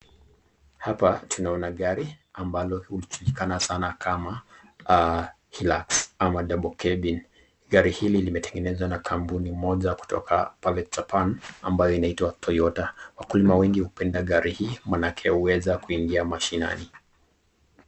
Hapa tunaona gari ambalo hujulikana sana kama Hilux ama Double Cabin. Gari hili limetengenezwa na kampuni moja kutoka pale Japan ammbayo inaitwa toyota. Wakulima wengi hupenda gari hii maanake huweza kuingia mashinani.